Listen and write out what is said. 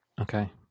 Okay